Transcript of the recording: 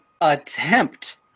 attempt